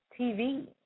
TV